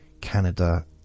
Canada